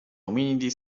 ominidi